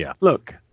look